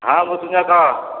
ହଁ ମୃତ୍ୟୁଞ୍ଜୟ କୁହ